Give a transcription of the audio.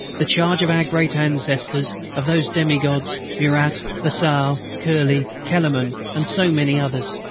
the charge of our great ancestors, of those demi-gods, murat, lasalle, curely, kellermann and so many others!